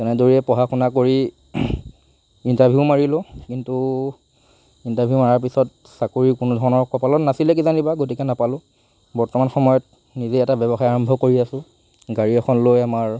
এনেদৰে পঢ়া শুনা কৰি ইণ্টাৰভিউ মাৰিলোঁ ইণ্টাৰভিউ মৰাৰ পিছত চাকৰি কোনো ধৰণৰ কপালত নাছিলে কিজানিবা গতিকে নাপালোঁ বৰ্তমান সময়ত নিজে এটা ব্যৱসায় কৰি আছোঁ গাড়ী এখন লৈ আমাৰ